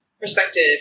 perspective